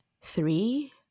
three